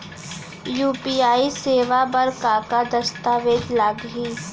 UPI सेवा बर का का दस्तावेज लागही?